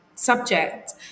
subject